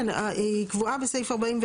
כן, היא קבועה בסעיף 41,